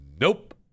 nope